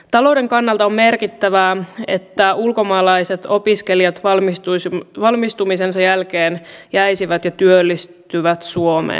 talouden kannalta on merkittävää että ulkomaalaiset opiskelijat valmistumisensa jälkeen jäisivät ja työllistyisivät suomeen